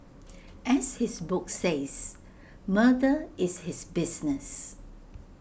as his book says murder is his business